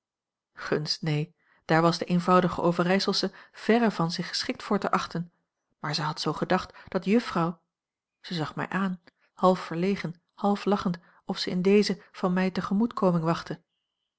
gunst neen daar was de eenvoudige overijselsche verre van zich geschikt voor te achten maar zij had zoo gedacht dat juffrouw zij zag mij aan half verlegen half lachend of ze in deze van mij tegemoetkoming wachtte